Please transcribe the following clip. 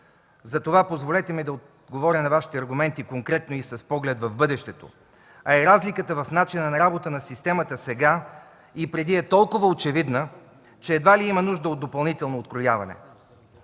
затова, позволете ми, да отговоря на Вашите аргументи конкретно и с поглед в бъдещето, а и разликата в начина на работа на системата сега и преди е толкова очевидна, че едва ли има нужда от допълнително открояване.